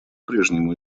прежнему